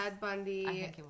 Bundy